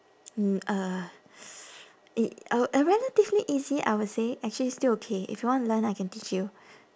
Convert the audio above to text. mm uh i~ uh relatively easy I would say actually still okay if you want to learn I can teach you